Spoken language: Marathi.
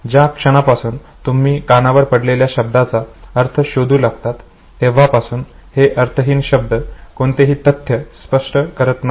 ज्या क्षणापासून तुम्ही कानावर पडलेल्या शब्दांचा अर्थ शोधू लागतात तेव्हापासूनच हे अर्थहीन शब्द कोणतेही तथ्य स्पष्ट करत नाही